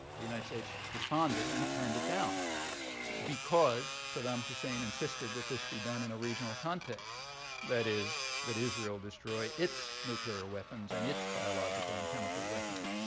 the united states responded and turned it down because saddam hussein insisted that this be done in a regional context that is, that israel destroy its nuclear ah weapons and its biological and chemical weapons.